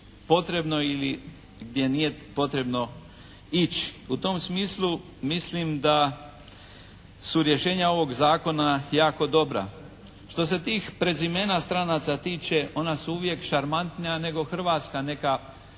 potrebno ili gdje nije potrebno ići. U tom smislu mislim da su rješenja ovog zakona jako dobra. Što se tih prezimena stranaca tiče ona su uvijek šarmantnija nego hrvatska neka